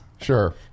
Sure